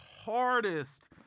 hardest